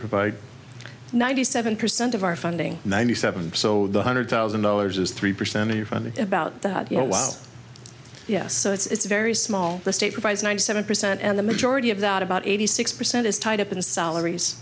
provide ninety seven percent of our funding ninety seven so the hundred thousand dollars is three percent of your funding about that you know while yes so it's very small the state provides ninety seven percent and the majority of that about eighty six percent is tied up in salaries